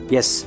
Yes